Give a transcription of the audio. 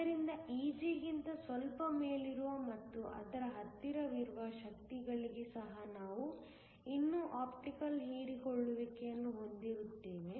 ಆದ್ದರಿಂದ Egಗಿಂತ ಸ್ವಲ್ಪ ಮೇಲಿರುವ ಮತ್ತು ಅದರ ಹತ್ತಿರವಿರುವ ಶಕ್ತಿಗಳಿಗೆ ಸಹ ನಾವು ಇನ್ನೂ ಆಪ್ಟಿಕಲ್ ಹೀರಿಕೊಳ್ಳುವಿಕೆಯನ್ನು ಹೊಂದಿರುತ್ತೇವೆ